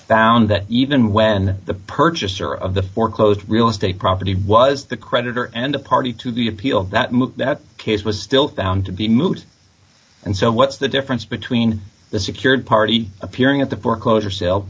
found that even when the purchaser of the foreclosed real estate property was the creditor and a party to the appeal that case was still found to be moot and so what's the difference between the secured party appearing at the foreclosure sale